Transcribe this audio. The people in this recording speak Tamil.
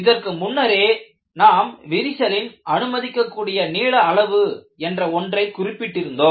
இதற்கு முன்னரே நாம் விரிசலின் அனுமதிக்கக் கூடிய நீள அளவு என்ற ஒன்றை குறிப்பிட்டிருந்தோம்